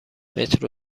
مترو